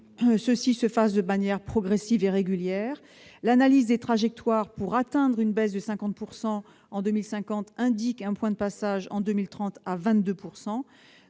s'agit d'avancer de manière progressive et régulière. L'analyse des trajectoires, pour atteindre une baisse de 50 % en 2050, indique un point de passage en 2030 à 22